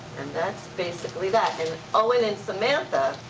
and that's basically that. and owen and samantha,